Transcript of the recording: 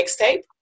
mixtape